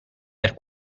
per